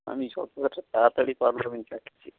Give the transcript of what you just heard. আমি যতটা তাড়াতাড়ি পারলে আমি যাচ্ছি